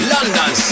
London